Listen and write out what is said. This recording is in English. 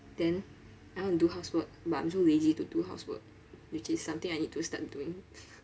then I want to do housework but I'm so lazy to do housework which is something I need to start doing